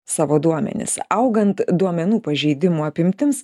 savo duomenis augant duomenų pažeidimų apimtims